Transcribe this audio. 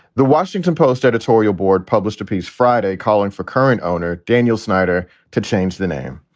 the washington post editorial board published a piece friday calling for current owner daniel snyder to change the name.